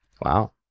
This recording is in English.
Wow